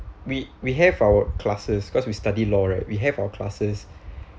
we we have our classes cause we study law right we have our classes